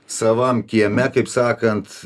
savam kieme kaip sakant